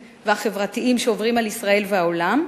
והחברתיים שעוברים על ישראל והעולם,